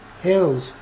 hills